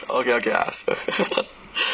okay okay I ask her